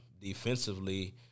defensively